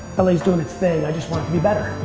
la is doing its thing. i just want it to be better.